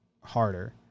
harder